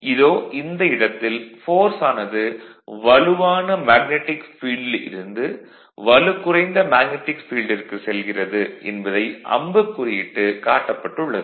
இதோ இந்த இடத்தில் ஃபோர்ஸ் ஆனது வலுவான மேக்னடிக் ஃபீல்டில் இருந்து வலுகுறைந்த மேக்னடிக் ஃபீல்டிற்கு செல்கிறது என்பதை அம்புக் குறியிட்டு காட்டப்பட்டு உள்ளது